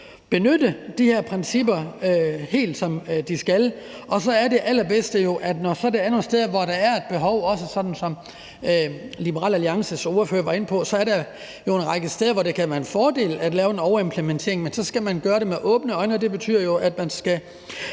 benytte de her principper, helt som man skal, og så er det allerbedste jo, at når der er et behov, sådan som Liberal Alliances ordfører var inde på, er der en række steder, hvor det kan være en fordel at lave en overimplementering, men så skal man gøre det med åbne øjne. Og det betyder jo, at man skal